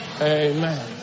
Amen